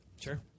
Sure